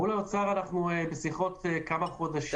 מול האוצר אנחנו בשיות כמה חודשים.